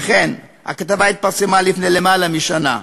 אכן, הכתבה התפרסמה לפני למעלה משנה.